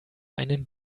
einen